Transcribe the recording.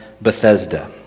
Bethesda